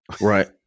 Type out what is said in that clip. right